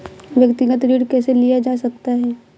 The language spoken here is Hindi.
व्यक्तिगत ऋण कैसे लिया जा सकता है?